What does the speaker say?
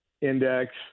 index